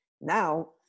Now